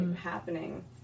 happening